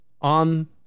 on